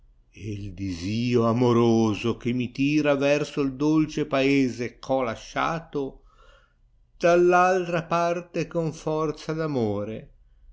il disio amoroso che mi tira verso dolce paese e ho lasciato dall altra parte è con forza